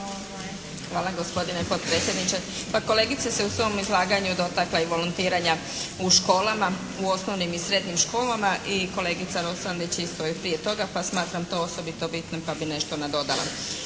Hvala gospodine potpredsjedniče. Pa, kolegica se u svom izlaganju dotakla i volontiranja u školama, u osnovnim i srednjim školama i kolegica Roksandić isto je i prije toga, pa smatram to osobito bitnim pa bi nešto nadodala.